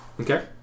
Okay